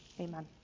Amen